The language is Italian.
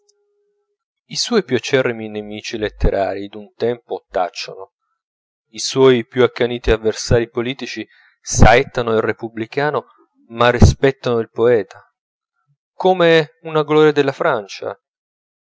i suoi più acerrimi nemici letterarii d'un tempo tacciono i suoi più accaniti avversarii politici saettano il repubblicano ma rispettano il poeta come una gloria della francia